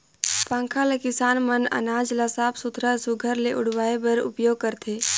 पंखा ल किसान मन अनाज ल साफ सुथरा सुग्घर ले उड़वाए बर उपियोग करथे